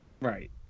Right